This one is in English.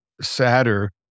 sadder